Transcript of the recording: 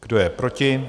Kdo je proti?